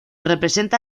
representa